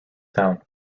town